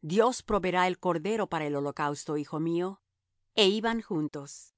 dios se proveerá de cordero para el holocausto hijo mío e iban juntos